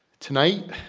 tonight,